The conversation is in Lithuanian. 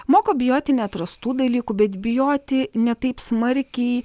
moko bijoti neatrastų dalykų bet bijoti ne taip smarkiai